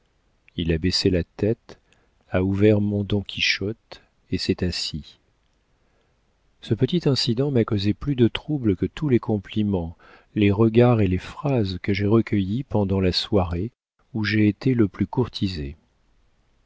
il a baissé la tête a ouvert mon don quichotte et s'est assis ce petit incident m'a causé plus de trouble que tous les compliments les regards et les phrases que j'ai recueillis pendant la soirée où j'ai été le plus courtisée